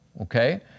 okay